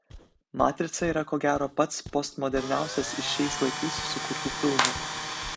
matrica yra ko gero pats postmoderniausias iš šiais laikais sukurtų filmų